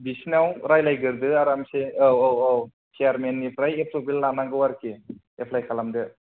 बिसिनाव रायलायगोरदो आरामसे औ औ औ सेयारमेननिफ्राय एप्रभेल लानांगौ आरोखि एप्लाइ खालामदो